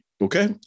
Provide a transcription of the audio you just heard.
okay